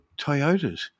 Toyotas